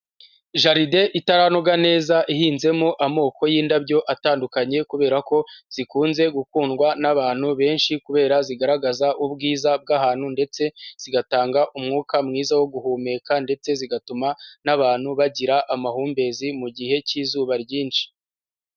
Jaride itaranoga neza ihinzemo amoko y'indabyo atandukanye kubera ko zikunze gukundwa n'abantu benshi kubera zigaragaza ubwiza bw'ahantu, ndetse zigatanga umwuka mwiza wo guhumeka, ndetse zigatuma n'abantu bagira amahumbezi mu gihe cy'izuba ryinshi.